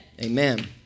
Amen